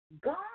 God